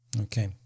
Okay